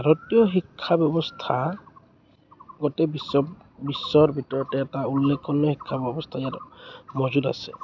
ভাৰতীয় শিক্ষা ব্যৱস্থা গোটেই বিশ্বৰ বিশ্বৰ ভিতৰতে এটা উল্লেখনীয় শিক্ষা ব্যৱস্থা ইয়াত মজুত আছে